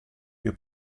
più